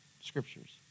scriptures